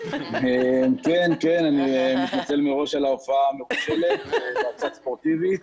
אני מתנצל מראש על ההופעה המרושלת ועל הלבוש הספורטיבי.